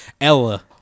Ella